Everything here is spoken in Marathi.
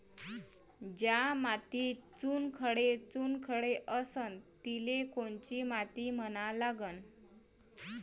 ज्या मातीत चुनखडे चुनखडे असन तिले कोनची माती म्हना लागन?